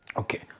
okay